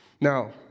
Now